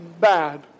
bad